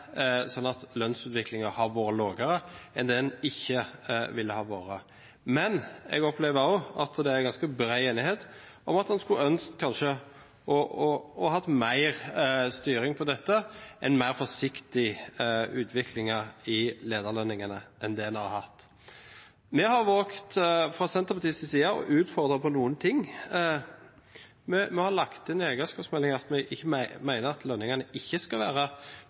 at lønnsutviklingen har vært lavere enn det den ville ha vært. Men jeg opplever også at det er ganske bred enighet om at en kanskje skulle ønsket å ha mer styring på dette, en mer forsiktig utvikling i lederlønningene enn det en har hatt. Vi har våget fra Senterpartiets side å utfordre på noen ting. Vi har lagt inn i eierskapsmeldingen at vi mener at lønningene ikke skal være